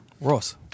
Ross